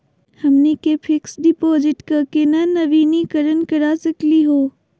हमनी के fix deposit क केना नवीनीकरण करा सकली हो?